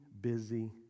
busy